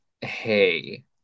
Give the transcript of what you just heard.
hey